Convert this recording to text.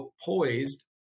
poised